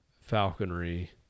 falconry